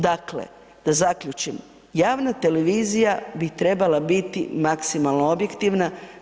Dakle, da zaključim, javna televizija bi trebala biti maksimalno objektivna.